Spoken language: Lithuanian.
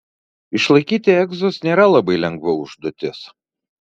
išlaikyti egzus nėra labai lengva užduotis